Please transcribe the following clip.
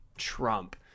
Trump